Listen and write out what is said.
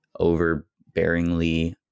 overbearingly